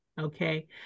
okay